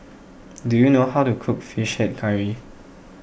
do you know how to cook Fish Head Curry